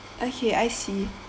okay I see